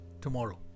tomorrow